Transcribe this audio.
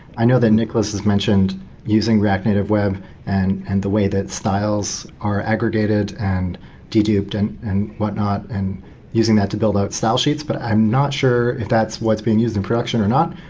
i know that nicholas has mentioned using react native web and and the way that styles are aggregated and de-duped and and whatnot, and using that to build out style sheet. but i'm not sure if that's what's being used in production or not.